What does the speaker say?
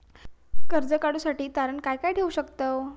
कर्ज काढूसाठी तारण काय काय ठेवू शकतव?